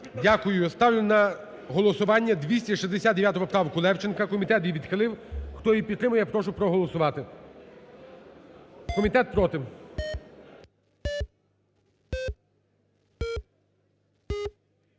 Дякую. Ставлю на голосування 269 поправку Левченка. Комітет її відхилив. Хто її підтримує, прошу проголосувати. Комітет – проти.